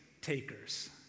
takers